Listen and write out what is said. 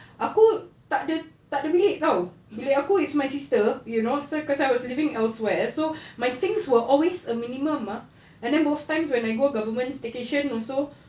aku tak ada tak ada bilik tau bilik aku is my sister you know so cause I was living elsewhere so my things were always a minimum ah and then both times when I go government staycation also